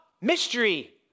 mystery